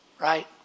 right